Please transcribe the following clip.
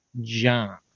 John